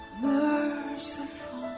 merciful